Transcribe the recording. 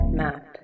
map